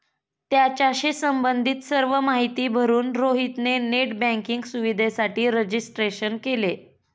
खात्याशी संबंधित सर्व माहिती भरून रोहित ने नेट बँकिंग सुविधेसाठी रजिस्ट्रेशन केले